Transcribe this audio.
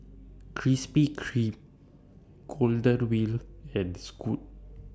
Krispy Kreme Golden Wheel and Scoot